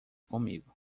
comigo